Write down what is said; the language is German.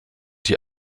die